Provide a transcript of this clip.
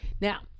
Now